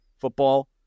football